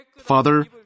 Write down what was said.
Father